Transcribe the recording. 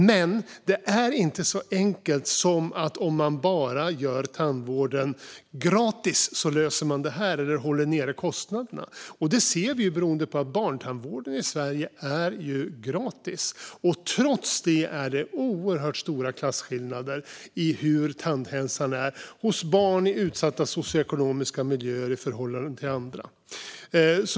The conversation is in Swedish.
Men det är inte så enkelt som att om man bara gör tandvården gratis så löser man det eller håller nere kostnaderna. Det ser vi beroende på att barntandvården i Sverige är gratis. Trots det är det oerhört stora klasskillnader i hur tandhälsan är hos barn i utsatta socioekonomiska miljöer i förhållande till andra.